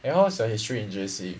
eh how's your history in J_C